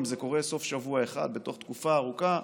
אם זה קורה בסוף שבוע אחד בתוך תקופה ארוכה,